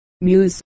Muse